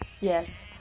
yes